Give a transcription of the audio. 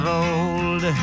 old